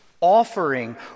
Offering